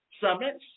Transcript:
summits